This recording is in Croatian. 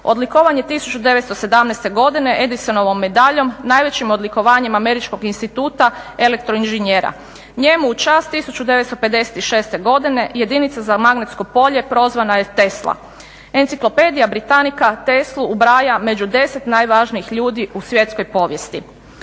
Odlikovan je 1917. godine Edisonovom medaljom, najvećim odlikovanjem Američkog instituta elektroinženjera. Njemu u čast 1956. godine jedinica za magnetsko polje prozvana je Tesla. Enciklopedija Britanica Teslu ubraja među 10 najvažnijih ljudi u svjetskoj povijesti.